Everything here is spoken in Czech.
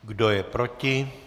Kdo je proti?